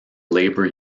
labour